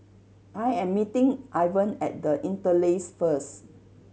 I am meeting Ivan at The Interlace first